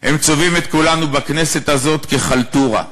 הם צובעים את כולנו בכנסת הזאת כחלטורה,